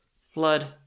Flood